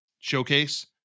showcase